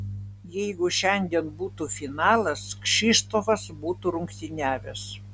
jeigu šiandien būtų finalas kšištofas būtų rungtyniavęs